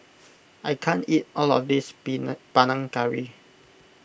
I can't eat all of this Panang Curry